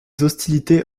hostilités